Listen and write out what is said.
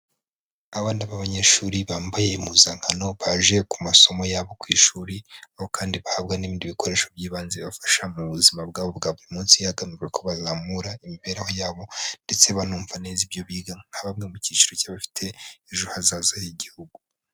Abana b'abanyeshuri bambaye impuzankano, baje ku masomo yabo ku ishuri, aho kandi bahabwa n'ibindi bikoresho by'ibanze bibafasha mu buzima bwabo bwa buri munsi, hagamijwe ko bazamura imibereho yabo ndetse banumva neza ibyo biga, nka bamwe mu cyiciro cy'abafite ejo hazaza h'igihugu.